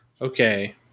Okay